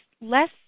less